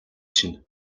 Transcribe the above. чинь